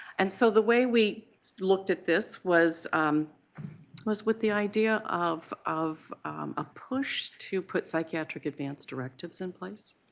and so the way we looked at this was um was with the idea of of a push to put psychiatric advance directives in place.